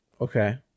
Okay